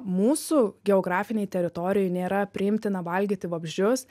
mūsų geografinėj teritorijoj nėra priimtina valgyti vabzdžius